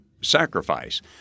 sacrifice